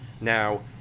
Now